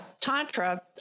Tantra